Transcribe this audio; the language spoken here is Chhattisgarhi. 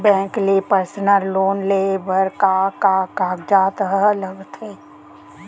बैंक ले पर्सनल लोन लेये बर का का कागजात ह लगथे?